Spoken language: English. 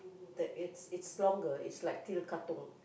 the it's it's longer it's like till Katong